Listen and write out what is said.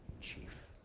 chief